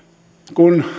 kun